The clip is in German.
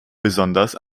besonders